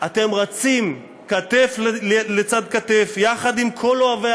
אתם רצים כתף לצד כתף יחד עם כל אוהבי